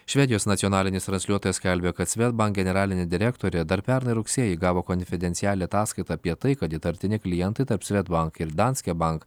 švedijos nacionalinis transliuotojas skelbia kad swedbank generalinė direktorė dar pernai rugsėjį gavo konfidencialią ataskaitą apie tai kad įtartini klientai tarp swedbank ir danske bank